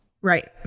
Right